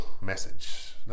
message